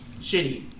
Shitty